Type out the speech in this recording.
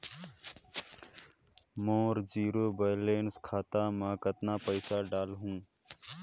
मोर zero balance खाता मे कतना पइसा डाल हूं?